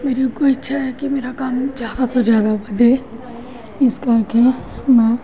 ਮੇਰੀ ਇੱਕੋ ਇੱਛਾ ਹੈ ਕਿ ਮੇਰਾ ਕੰਮ ਜ਼ਿਆਦਾ ਤੋਂ ਜ਼ਿਆਦਾ ਵਧੇ ਇਸ ਕਰਕੇ ਮੈਂ